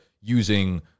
using